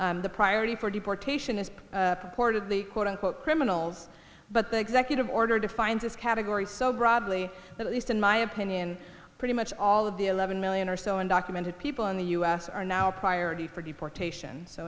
the priority for deportation is part of the quote unquote criminals but the executive order defines this category so broadly that at least in my opinion pretty much all of the eleven million or so undocumented people in the u s are now a priority for deportation so